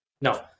No